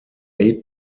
eight